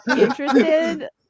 interested